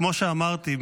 כמו שאמרתי,